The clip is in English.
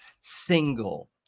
single